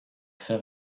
fer